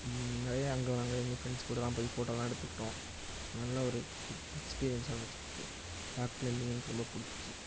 நிறையா அங்கே நாங்கள் எங்கள் ஃப்ரெண்ட்ஸ் கூட எல்லாம் போய் ஃபோட்டோ எல்லாம் எடுத்துக்கிட்டோம் நல்ல ஒரு உட் எக்ஸ்பீரியன்ஸாக இருந்துச்சு எனக்கு ராக் கிளைம்பிங் எனக்கு ரொம்ப பிடிச்சிச்சி